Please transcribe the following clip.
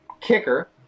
Kicker